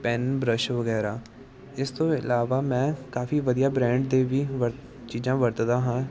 PAN brush ਵਗੈਰਾ ਇਸ ਤੋਂ ਇਲਾਵਾ ਮੈਂ ਕਾਫੀ ਵਧੀਆ ਬ੍ਰਾਂਡ ਦੇ ਵੀ ਵਰ ਚੀਜ਼ਾਂ ਵਰਤਦਾ ਹਾਂ